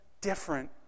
different